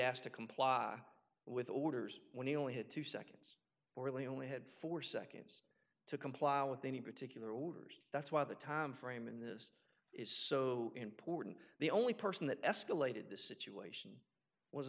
asked to comply with orders when he only had two seconds or really only had four seconds to comply with any particular orders that's why the time frame in this is so important the only person that escalated the situation was